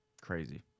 Crazy